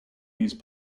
these